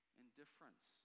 indifference